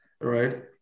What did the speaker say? right